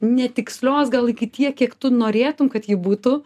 netikslios gal iki tiek kiek tu norėtum kad ji būtų